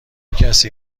کسی